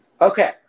Okay